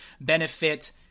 benefit